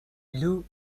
luo